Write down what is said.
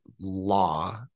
law